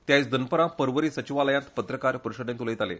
ते आयज दनपारां परवरे सचिवालयांत पत्रकार परिशदेंत उलयताले